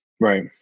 Right